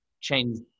change